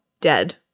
Dead